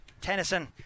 Tennyson